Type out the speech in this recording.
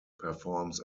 performs